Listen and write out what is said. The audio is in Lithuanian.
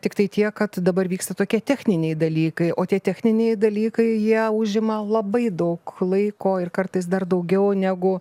tiktai tiek kad dabar vyksta tokie techniniai dalykai o tie techniniai dalykai jie užima labai daug laiko ir kartais dar daugiau negu